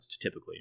typically